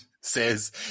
says